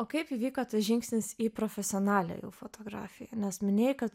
o kaip įvyko tas žingsnis į profesionalią fotografiją nes minėjai kad